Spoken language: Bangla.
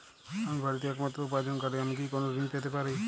আমি বাড়িতে একমাত্র উপার্জনকারী আমি কি কোনো ঋণ পেতে পারি?